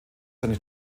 seine